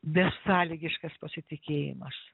besąlygiškas pasitikėjimas